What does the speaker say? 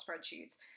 spreadsheets